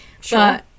Sure